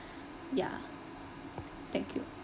ya thank you